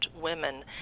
women